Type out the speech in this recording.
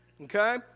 Okay